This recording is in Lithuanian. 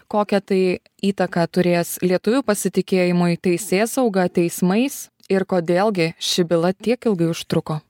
kokią tai įtaką turės lietuvių pasitikėjimui teisėsauga teismais ir kodėl gi ši byla tiek ilgai užtruko